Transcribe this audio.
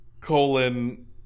colon